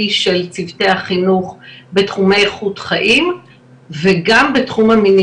שווה שאורית תעדכן אותך כי הדיון הבא של ועדת המשנה